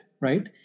right